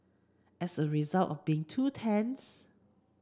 as a result of being two tents